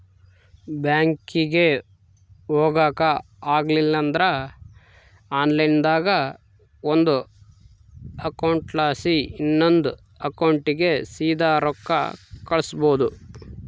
ಬ್ಯಾಂಕಿಗೆ ಹೊಗಾಕ ಆಗಲಿಲ್ದ್ರ ಆನ್ಲೈನ್ನಾಗ ಒಂದು ಅಕೌಂಟ್ಲಾಸಿ ಇನವಂದ್ ಅಕೌಂಟಿಗೆ ಸೀದಾ ರೊಕ್ಕ ಕಳಿಸ್ಬೋದು